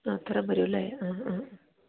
അത്രയും വരും അല്ലേ അ അ